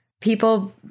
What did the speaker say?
people